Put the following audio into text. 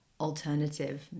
alternative